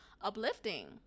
uplifting